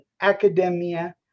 academia